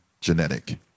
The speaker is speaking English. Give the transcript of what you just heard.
genetic